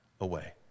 away